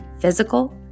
physical